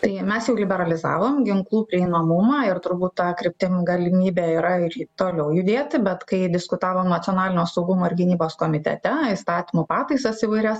tai mes jau liberalizavom ginklų prieinamumą ir turbūt ta kryptim galimybė yra ir toliau judėti bet kai diskutavom nacionalinio saugumo ir gynybos komitete įstatymų pataisas įvairias